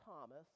Thomas